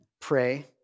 pray